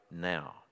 now